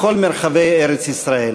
בכל מרחבי ארץ-ישראל.